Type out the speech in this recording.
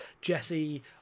jesse